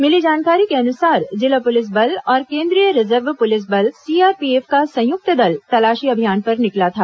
मिली जानकारी के अनुसार जिला पुलिस बल और केंद्रीय रिजर्व पुलिस बल सीआरपीएफ का संयुक्त दल तलाशी अभियान पर निकला था